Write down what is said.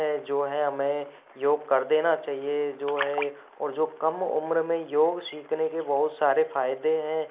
जो है हमें योग कर देना चाहिए जो है और जो कम उम्र में योग सीखने के बहुत सारे फ़ायदे हैं